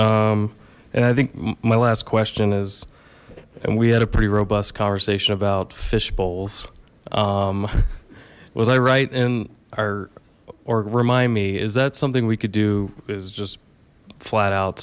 and i think my last question is and we had a pretty robust conversation about fishbowls was i right in our or remind me is that something we could do is just flat out